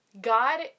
God